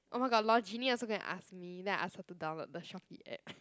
oh my god lol Jeannie also go and ask me then I ask her to download the Shopee app